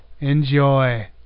Enjoy